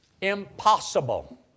impossible